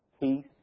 peace